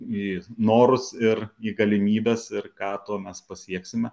į norus ir į galimybes ir ką tuo mes pasieksime